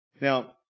Now